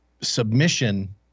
submission